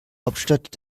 hauptstadt